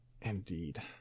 Indeed